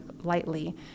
lightly